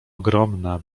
ogromna